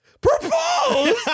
Propose